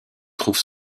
trouve